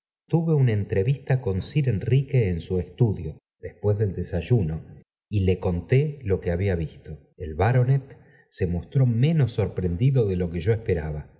tuve una entrevista con sir enrique en su estudio después del desayuno y le conté lo que había visto el baronet se mostró menos sorprendido de lo que yo esperaba